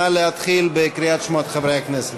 נא להתחיל בקריאת שמות חברי הכנסת.